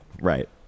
Right